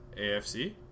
AFC